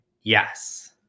yes